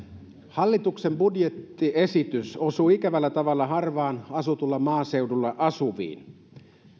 hallituksen budjettiesitys osuus ikävällä tavalla harvaan asutulla maaseudulla asuviin